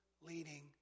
leading